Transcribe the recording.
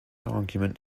argument